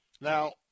Now